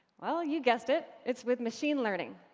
well, you guessed it, it's with machine learning.